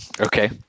Okay